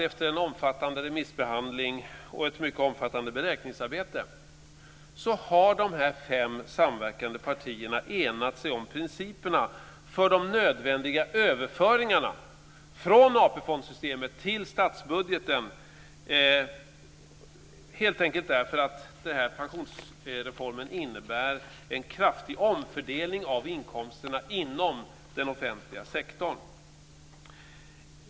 Efter en omfattande remissbehandling och ett mycket omfattande beräkningsarbete har de fem samverkande partierna enats om principerna för de nödvändiga överföringarna från AP-fondsystemet till statsbudgeten, helt enkelt därför att pensionsreformen innebär en kraftig omfördelning av inkomsterna inom den offentliga sektorn.